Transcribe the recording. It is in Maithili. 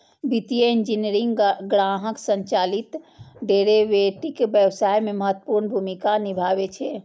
वित्तीय इंजीनियरिंग ग्राहक संचालित डेरेवेटिव्स व्यवसाय मे महत्वपूर्ण भूमिका निभाबै छै